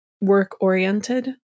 work-oriented